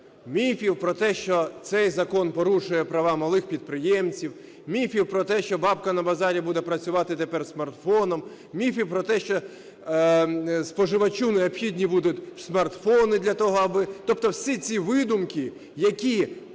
міфів про те, що цей закон порушує права малих підприємців, міфів про те, що бабка на базарі буде працювати з смартфоном, міфів про те, що споживачу необхідні будуть смартфони для того, аби… Тобто всі ці видумки, які